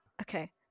Okay